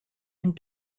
and